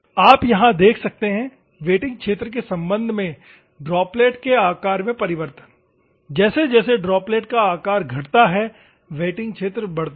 आप यहाँ देख सकते हैं वेटिंग क्षेत्र के संबंध में ड्रॉपलेट के आकार में परिवर्तन जैसे जैसे ड्रॉपलेट का आकार घटता है वेटिंग क्षेत्र बढ़ता है